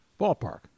Ballpark